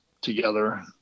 together